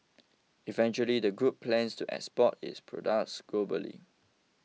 eventually the group plans to export its products globally